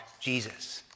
Jesus